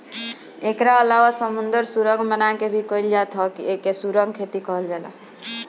एकरा अलावा समुंदर सुरंग बना के भी कईल जात ह एके सुरंग खेती कहल जाला